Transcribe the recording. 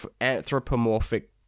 anthropomorphic